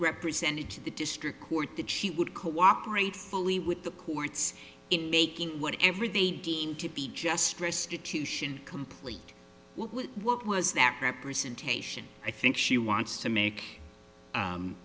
represented to the district court that she would cooperate fully with the courts in making what everything to be just restitution complete what was that representation i think she wants to make